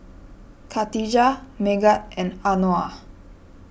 Katijah Megat and Anuar